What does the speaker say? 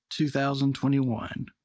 2021